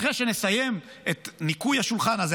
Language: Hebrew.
אחרי שנסיים את ניקוי השולחן הזה,